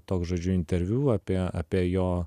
toks žodžiu interviu apie apie jo